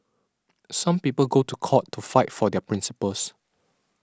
some people go to court to fight for their principles